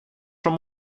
som